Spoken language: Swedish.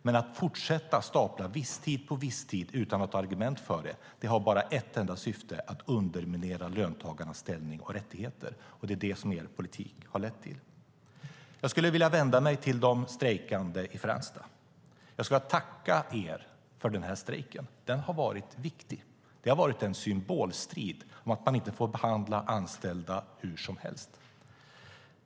Men att fortsätta starta visstid på visstid utan att ha argument för det har bara ett enda syfte, och det är att underminera löntagarnas ställning och rättigheter. Det är det som er politik har lett till. Jag skulle vilja vända mig till de strejkande i Fränsta. Jag vill tacka er för den här strejken. Den har varit viktig. Det har varit en symbolstrid om att man inte får behandla anställda hur som helst.